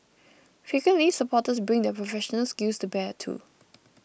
frequently supporters bring their professional skills to bear too